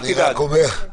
אל תדאג.